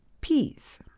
Peas